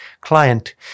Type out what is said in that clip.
client